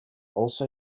also